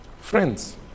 Friends